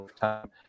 time